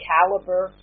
Caliber